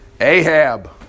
Ahab